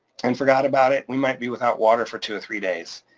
and forgot about it, we might be without water for two or three days.